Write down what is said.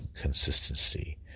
consistency